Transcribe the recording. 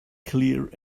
clear